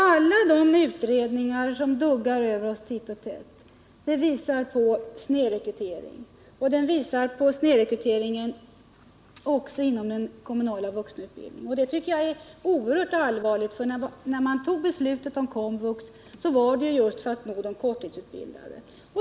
Alla de utredningar som duggar över oss titt och tätt visar snedrekryteringen, och de visar att den snedrekryteringen också finns inom den kommunala vuxenutbildningen. Det tycker jag är oerhört allvarligt, för när riksdagen fattade beslutet om KOMVUX var det för att nå de korttidsutbildade.